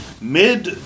mid